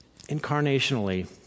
incarnationally